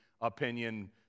opinion